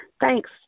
Thanks